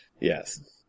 Yes